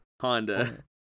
Honda